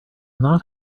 not